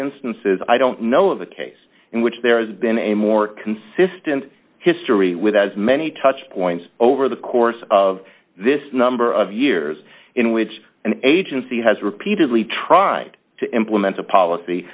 instances i don't know of a case in which there has been a more consistent history with as many touch points over the course of this number of years in which an agency has repeatedly tried to implement a policy